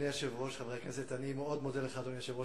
ואנחנו מתכבדים לארח את כל האנשים אשר באו לציין יום